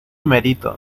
merito